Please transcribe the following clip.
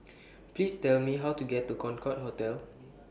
Please Tell Me How to get to Concorde Hotel